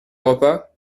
repas